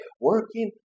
working